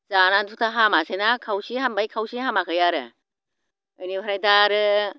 जाना दुखा हामासैना खावसेया हामबाय खावसेया हामाखै आरो इनिफ्राय दा आरो